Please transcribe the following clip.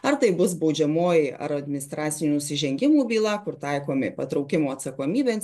ar tai bus baudžiamoji ar administracinių nusižengimų byla kur taikomi patraukimo atsakomybėn